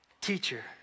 teacher